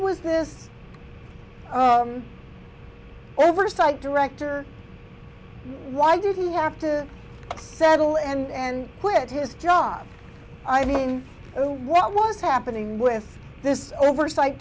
was this oversight director why did he have to settle and quit his job i mean what was happening with this oversight